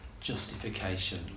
justification